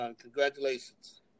congratulations